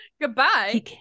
goodbye